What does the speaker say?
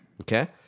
Okay